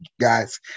guys